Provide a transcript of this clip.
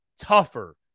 tougher